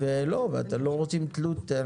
ולא, אנחנו לא רוצים תלות.